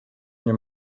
nie